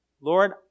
Lord